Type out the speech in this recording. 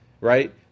right